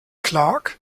clark